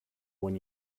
when